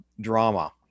drama